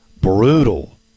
brutal